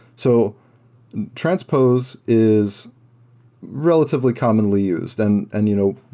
so transpose is relatively commonly used, and and you know